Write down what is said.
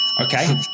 Okay